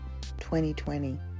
2020